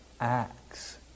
acts